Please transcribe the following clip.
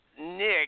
Nick